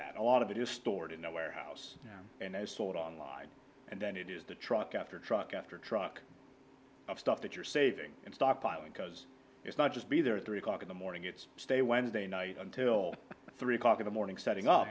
that a lot of it is stored in a warehouse and sold online and then you'd use the truck after truck after truck of stuff that you're saving and stockpiling because it's not just be there at three o'clock in the morning it's stay wednesday night until three o'clock in the morning setting